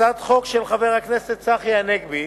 הצעת חוק של חבר הכנסת צחי הנגבי,